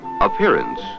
Appearance